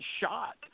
shot